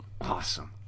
Awesome